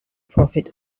profit